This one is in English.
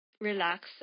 relax